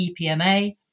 EPMA